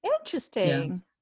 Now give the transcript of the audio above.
interesting